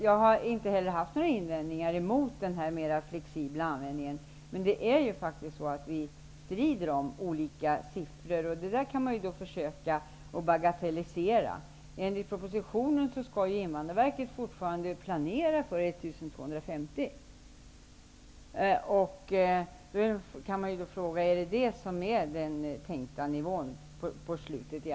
Jag har inte haft några invändningar emot den mera flexibla användningen av dessa pengar, men vi strider faktiskt om olika siffror, även om man kan försöka att bagatellisera detta. Enligt propositionen skall Invandrarverket fortfarande planera för 1 250 personer. Man kan då ställa frågan om detta ändå är den tänkta slutnivån.